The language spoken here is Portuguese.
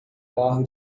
barro